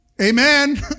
Amen